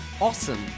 Awesome